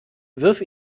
wirf